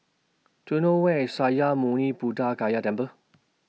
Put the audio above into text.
Do YOU know Where IS Sakya Muni Buddha Gaya Temple